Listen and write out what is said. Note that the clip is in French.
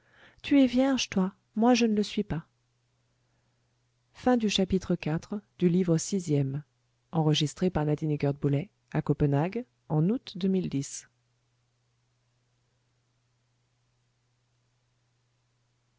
tu es vierge toi moi je ne le suis pas chapitre